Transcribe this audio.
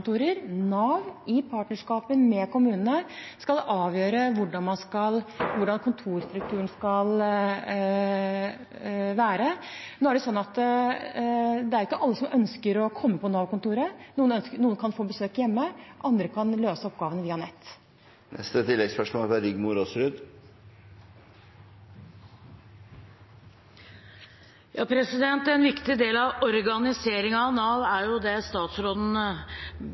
Nav, i partnerskap med kommunene, skal avgjøre hvordan kontorstrukturen skal være. Det er ikke alle som ønsker å komme på Nav-kontoret – noen kan få besøk hjemme, andre kan løse oppgavene via nettet. Rigmor Aasrud – til oppfølgingsspørsmål. En viktig del av organiseringen av Nav er det statsråden